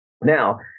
Now